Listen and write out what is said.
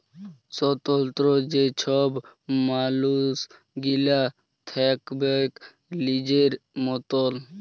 স্বতলত্র যে ছব মালুস গিলা থ্যাকবেক লিজের মতল